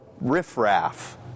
riffraff